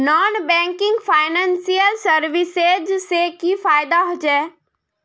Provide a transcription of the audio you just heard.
Non banking financial services से की फायदा होचे?